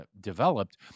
developed